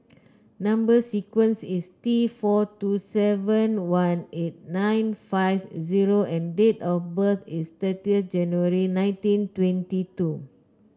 number sequence is T four two seven one eight nine five zero and date of birth is thirtieth January nineteen twenty two